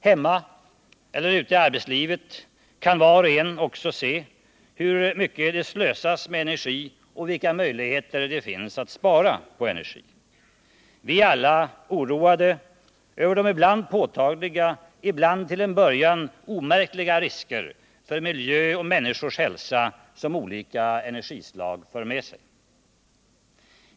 Hemma eller ute i arbetslivet kan var och en också se hur mycket det slösas med energi och vilka möjligheter det finns att spara. Vi är alla oroade över de ibland påtagliga, ibland till en början omärkliga, risker för miljö och människors hälsa som olika energislag för med sig.